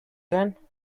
then